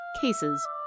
cases